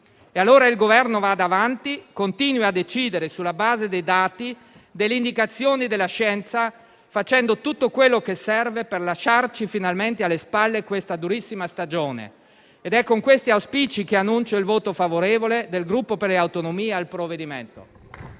E allora il Governo vada avanti, continui a decidere sulla base dei dati, delle indicazioni della scienza, facendo tutto quello che serve per lasciarci finalmente alle spalle questa durissima stagione. È con questi auspici che annuncio il voto favorevole del Gruppo Per le Autonomie al provvedimento.